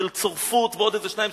של צורפות ועוד איזה שניים,